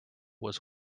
was